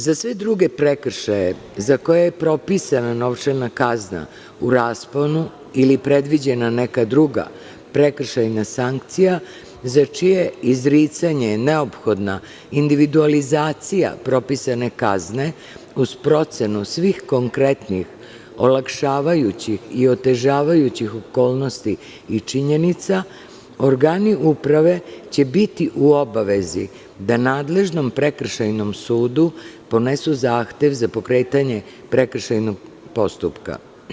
Za sve druge prekršaje, za koje je propisana novčana kazna u rasponu ili predviđena neka druga prekršajna sankcija za čije je izricanje neophodna individualnizacija propisane kazne uz procenu svih konkretnih olakšavajućih i otežavajućih okolnosti i činjenica, organi uprave će biti u obavezi da nadležnom prekršajnom sudu podnesu zahtev za pokretanje prekršajnog postupka.